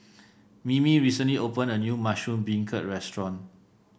Mimi recently opened a new Mushroom Beancurd restaurant